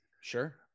Sure